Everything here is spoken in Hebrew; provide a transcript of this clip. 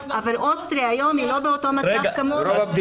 אבל אוסטריה היום היא לא באותו מצב כמונו.